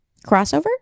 crossover